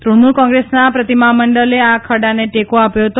તૃગ્રમૂલ કોંત્રેસના પ્રતિમા મંડલે આ ખરડાને ટેકો આપ્યો હતો